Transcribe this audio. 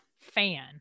fan